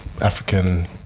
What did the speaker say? African